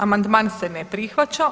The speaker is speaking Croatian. Amandman se ne prihvaća.